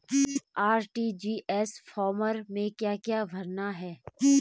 RTGS form में क्या क्या भरना है?